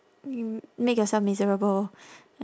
m~ make yourself miserable